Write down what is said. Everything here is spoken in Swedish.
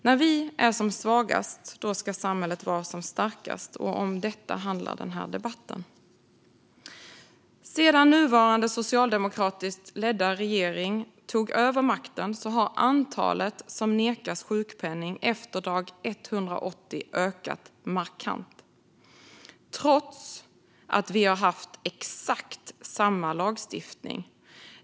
När vi är som svagast ska samhället vara som starkast. Om detta handlar den här debatten. Sedan nuvarande socialdemokratiskt ledda regering tog över makten har antalet som nekas sjukpenning efter dag 180 ökat markant trots att vi har haft exakt samma lagstiftning.